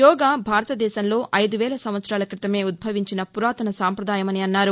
యోగా భారతదేశంలో ఐదువేల సంవత్సరాల క్రితమే ఉద్భవించిన పురాతన సాంప్రదాయమన్నారు